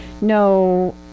no